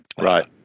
Right